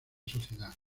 sociedad